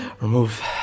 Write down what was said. remove